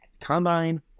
combine